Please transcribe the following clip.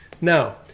Now